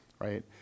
right